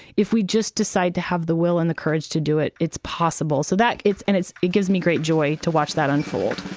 if we just decide to have the will and the courage to do it, it's possible. so that it's and it's it gives me great joy to watch that unfold